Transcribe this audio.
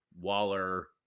Waller